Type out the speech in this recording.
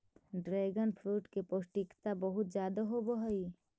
dragon fruit में पौष्टिकता बहुत ज्यादा होवऽ हइ